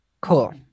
Cool